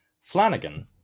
Flanagan